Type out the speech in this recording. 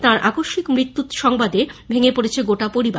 তাঁর আকস্মিক মৃত্যু সংবাদে ভেঙে পড়েছে গোটা পরিবার